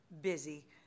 busy